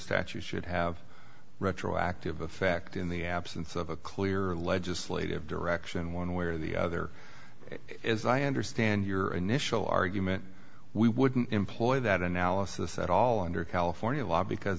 statute should have retroactive effect in the absence of a clear legislative direction one way or the other as i understand your initial argument we wouldn't employ that analysis at all under california law because